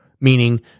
meaning